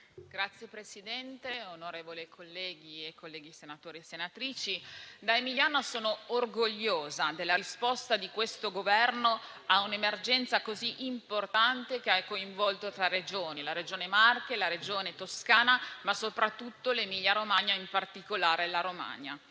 Signor Presidente, onorevole colleghi e colleghe, da emiliana sono orgogliosa della risposta di questo Governo a un'emergenza così importante che ha coinvolto tre Regioni: la Regione Marche, la Regione Toscana e soprattutto l'Emilia-Romagna e in particolare la Romagna.